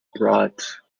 brought